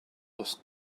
was